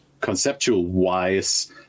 conceptual-wise